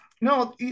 no